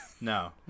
No